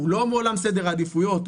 שהוא לא מעולם סדר העדיפויות,